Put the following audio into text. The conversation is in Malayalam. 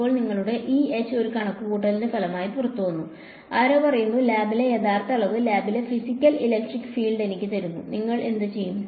ഇപ്പോൾ നിങ്ങളുടെ ഇ എച്ച് ഒരു കണക്കുകൂട്ടലിന്റെ ഫലമായി പുറത്തുവന്നു ആരോ പറയുന്നു ലാബിലെ യഥാർത്ഥ അളവ് ലാബിലെ ഫിസിക്കൽ ഇലക്ട്രിക് ഫീൽഡ് എനിക്ക് തരൂ നിങ്ങൾ എന്ത് ചെയ്യും